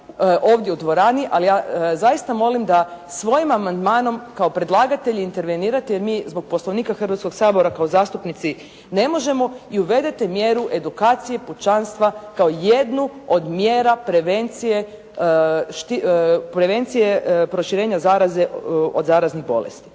ovdje u dvorani, ali ja zaista molim da svojim amandmanom kao predlagatelj intervenirate jer mi zbog Poslovnika Hrvatskoga sabora kao zastupnici ne možemo i uvedete mjeru edukacije pučanstva kao jednu od mjera prevencije proširenja zaraze od zaraznih bolesti.